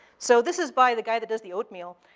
so this is by the guy that does the oatmeal.